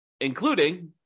including